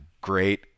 great